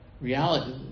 Reality